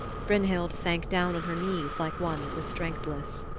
brynhild sank down on her knees like one that was strengthless.